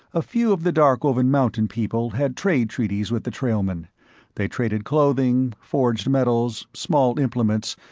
a few of the darkovan mountain people had trade treaties with the trailmen they traded clothing, forged metals, small implements,